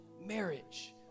marriage